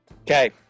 Okay